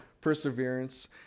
perseverance